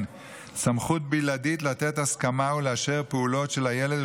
סמכות בלעדית לתת הסכמה ולאשר פעולות של הילד,